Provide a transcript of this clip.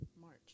March